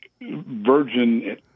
Virgin